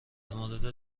مورد